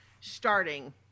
starting